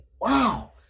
Wow